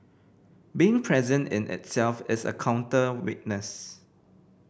being present in itself is a counter witness